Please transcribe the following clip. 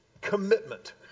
commitment